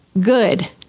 good